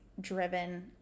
driven